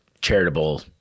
charitable